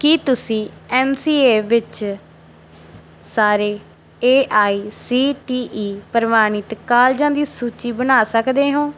ਕੀ ਤੁਸੀਂ M C A ਵਿੱਚ ਸਾਰੇ A I C T E ਪ੍ਰਵਾਨਿਤ ਕਾਲਜਾਂ ਦੀ ਸੂਚੀ ਬਣਾ ਸਕਦੇ ਹੋ